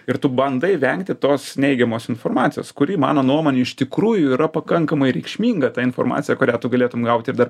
ir tu bandai vengti tos neigiamos informacijos kuri mano nuomone iš tikrųjų yra pakankamai reikšminga ta informacija kurią tu galėtum gauti ir dar